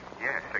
yes